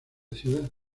ciudad